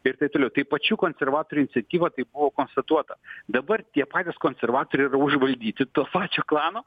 ir taip toliau tai pačių konservatorių iniciatyva tai buvo konstatuota dabar tie patys konservatoriai yra užvaldyti to pačio klano